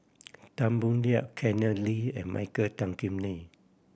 Tan Boo Liat Kenneth Lee and Michael Tan Kim Nei